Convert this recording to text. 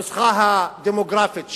הנוסחה הדמוגרפית,